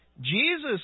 Jesus